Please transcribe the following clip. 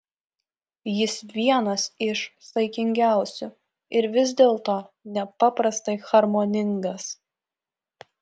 jis vienas iš saikingiausių ir vis dėlto nepaprastai harmoningas